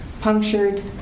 punctured